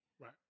Right